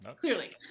clearly